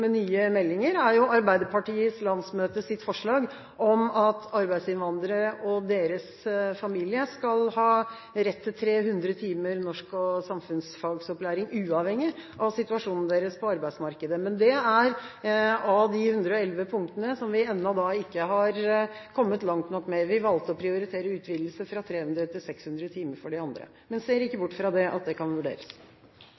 med nye meldinger, er forslaget fra Arbeiderpartiets landsmøte om at arbeidsinnvandrere og deres familier skal ha rett til 300 timer norsk- og samfunnsfagopplæring, uavhengig av situasjonen deres på arbeidsmarkedet. Men det er av de 111 punktene som vi ennå ikke har kommet langt nok med. Vi valgte å prioritere utvidelse fra 300 til 600 timer for de andre, men ser ikke